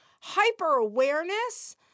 hyper-awareness